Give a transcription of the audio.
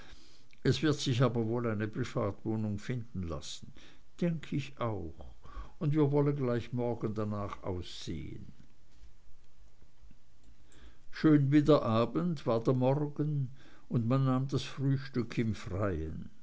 es wird sich aber wohl eine privatwohnung finden lassen denk ich auch und wir wollen gleich morgen danach aussehen schön wie der abend war der morgen und man nahm das frühstück im freien